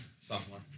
sophomore